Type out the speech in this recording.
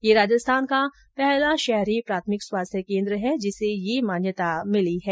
यह राजस्थान का पहला शहरी प्राथमिक स्वास्थ्य केन्द्र है जिसे यह मान्यता मिली है